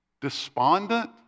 despondent